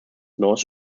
north